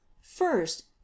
First